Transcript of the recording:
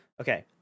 Okay